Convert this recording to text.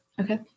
Okay